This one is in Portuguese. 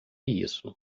isso